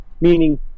meaning